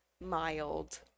mild